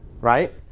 right